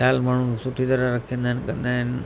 ख़्यालु माण्हू सुठी तरह रखंदा आहिनि कंदा आहिनि